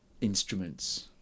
instruments